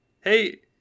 hey